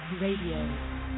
Radio